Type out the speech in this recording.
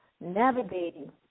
navigating